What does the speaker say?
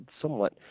somewhat